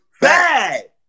Bad